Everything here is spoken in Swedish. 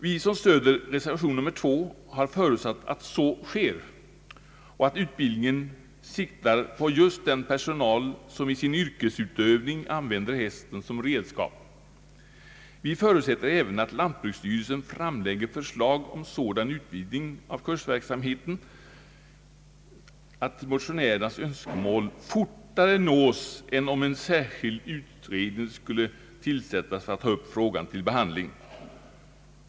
Vi som stöder reservationen 2 har förutsatt att så sker och att utbildningen siktar på just den personal som i sin yrkesutövning använder hästen som redskap. Vi förutsätter även att lantbruksstyrelsen framlägger förslag om sådan utvidgning av kursverksamheten, att motionärernas önskemål fortare nås än om en särskild utredning skulle tillsättas för att ta upp frågan till behandling.